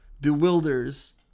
bewilders